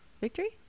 Victory